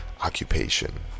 occupation